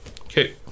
Okay